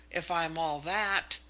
if i'm all that.